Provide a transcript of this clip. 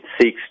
seeks